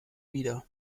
wieder